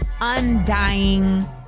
undying